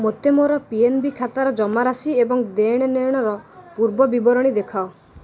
ମୋତେ ମୋର P N B ଖାତାର ଜମାରାଶି ଏବଂ ଦେଣନେଣର ପୂର୍ବବିବରଣୀ ଦେଖାଅ